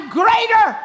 greater